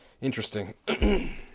Interesting